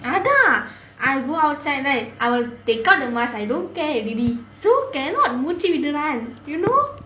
அதான்:athaan I go outside right I will take out the mask I don't care already so cannot மூச்சு விடுறான்:moochu viduraan you know